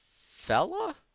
Fella